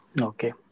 Okay